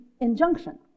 injunction